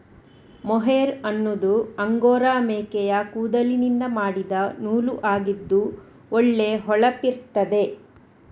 mohair ಅನ್ನುದು angora ಮೇಕೆಯ ಕೂದಲಿನಿಂದ ಮಾಡಿದ ನೂಲು ಆಗಿದ್ದು ಒಳ್ಳೆ ಹೊಳಪಿರ್ತದೆ